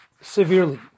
severely